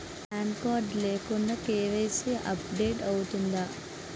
Pan card లేకుండా KYC update అవుతుందా?